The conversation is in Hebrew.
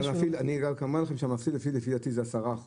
אני רק אומר לכם שמה שהמפעיל מפסיד לפי דעתי זה 10%,